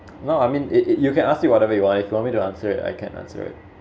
well I mean it it you can ask me whatever you want you want me to answer it I can answer it